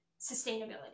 sustainability